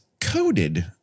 coded